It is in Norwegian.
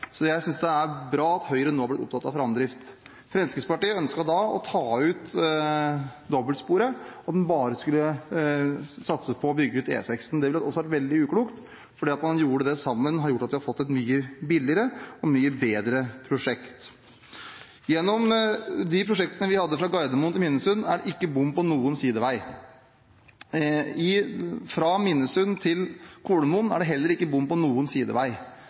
Så jeg synes det er bra at Høyre nå er blitt opptatt av framdrift. Fremskrittspartiet ønsket da å ta ut dobbeltsporet, og at en bare skulle satse på å bygge ut E6. Det ville også vært veldig uklokt, men det at man gjorde det sammen, har gjort at vi har fått et mye billigere og mye bedre prosjekt. For de prosjektene vi hadde fra Gardermoen til Minnesund, er det ikke bom på noen sidevei. Fra Minnesund til Kolomoen er det heller ikke bom på noen sidevei.